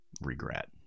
regret